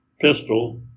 pistol